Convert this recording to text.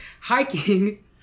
hiking